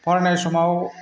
फरायनाय समाव